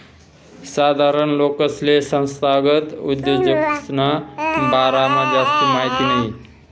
साधारण लोकेसले संस्थागत उद्योजकसना बारामा जास्ती माहिती नयी